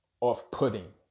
Off-putting